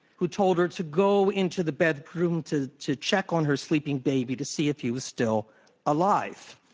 who told her to go into the bedroom to to check on her sleeping baby to see if he was still alive.